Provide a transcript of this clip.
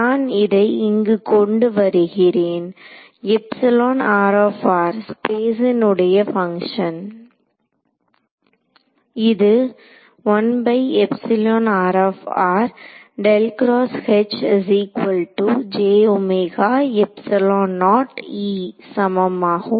நான் இதை இங்கு கொண்டு வருகிறேன் ஸ்பேஸின் உடைய பங்க்ஷன் இது சமமாகும்